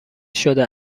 شده